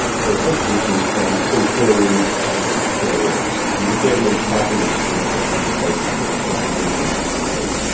there are contributions from employees and employers. and you get an entitlement to benefit on the basis of the contributions you've made.